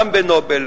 גם בנובל,